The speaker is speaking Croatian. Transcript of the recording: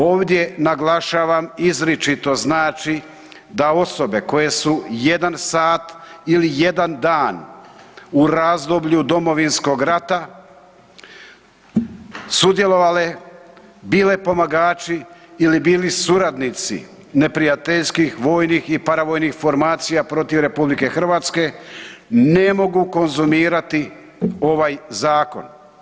Ovdje naglašavam izričito znači da osobe koje su jedan sat ili jedan dan u razdoblju Domovinskog rata sudjelovale bile pomagači ili bili suradnici neprijateljskih vojnih i paravojnih formacija protiv RH ne mogu konzumirati ovaj zakon.